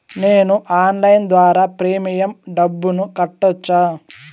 నేను ఆన్లైన్ ద్వారా ప్రీమియం డబ్బును కట్టొచ్చా?